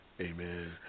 Amen